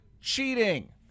cheating